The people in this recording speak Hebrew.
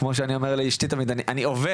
כמו שאני אומר לאשתי כל הזמן "..אני עובד,